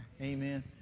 Amen